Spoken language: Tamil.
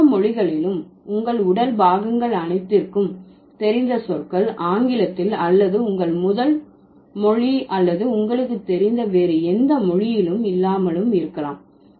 எல்லா மொழிகளிலும் உங்கள் உடல் பாகங்கள் அனைத்திற்கும் தெரிந்த சொற்கள் ஆங்கிலத்தில் அல்லது உங்கள் முதல் மொழி அல்லது உங்களுக்கு தெரிந்த வேறு எந்த மொழியிலும் இல்லாமலும் இருக்கலாம்